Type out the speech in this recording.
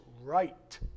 right